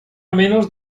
menos